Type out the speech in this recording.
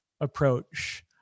approach